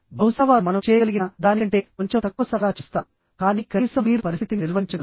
బహుశా వారు మనం చేయగలిగిన దానికంటే కొంచెం తక్కువ సరఫరా చేస్తారుకానీ కనీసం మీరు పరిస్థితిని నిర్వహించగలరు